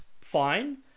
fine